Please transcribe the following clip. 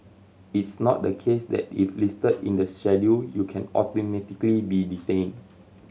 it's not the case that if listed in the Schedule you can automatically be detained